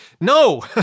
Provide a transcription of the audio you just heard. no